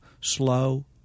slow